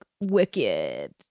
wicked